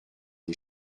des